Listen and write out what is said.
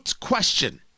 question